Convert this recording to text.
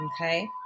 Okay